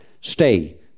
stay